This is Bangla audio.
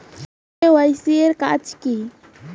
কে.ওয়াই.সি এর কাজ কি?